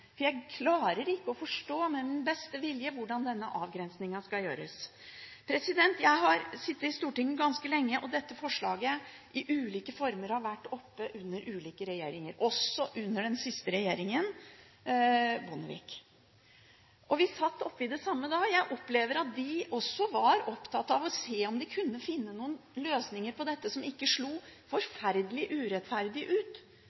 Jeg klarer ikke med min beste vilje å forstå hvordan denne avgrensningen skal gjøres. Jeg har sittet i Stortinget ganske lenge, og dette forslaget har i ulike former vært oppe under ulike regjeringer, også under den siste Bondevik-regjeringen. Vi var oppe i det samme da. Jeg opplevde at de også var opptatt av å se om de kunne finne noen løsninger på dette som ikke slo forferdelig urettferdig ut